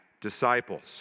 disciples